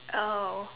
oh